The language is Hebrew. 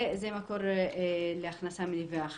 זה מקור להכנסה אחד.